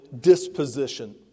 disposition